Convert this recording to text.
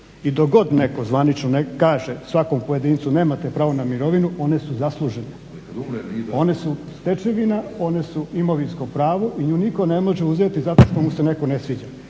I dok god neko zvanično ne kaže svakom pojedincu nemate pravo na mirovinu, one su zaslužene, one su stečevina, one su imovinsko pravo i nju niko ne može uzeti zato što mu se neko ne sviđa.